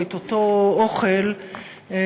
או את אותו אוכל כן,